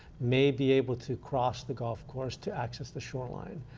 may be able to cross the golf course to access the shoreline.